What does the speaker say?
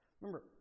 Remember